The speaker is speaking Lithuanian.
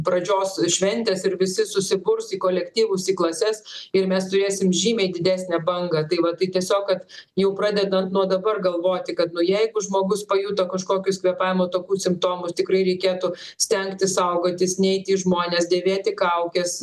pradžios šventės ir visi susiburs į kolektyvus į klases ir mes turėsim žymiai didesnę bangą tai va tai tiesiog kad jau pradedant nuo dabar galvoti kad nu jeigu žmogus pajuto kažkokius kvėpavimo takų simptomus tikrai reikėtų stengtis saugotis neiti į žmones dėvėti kaukes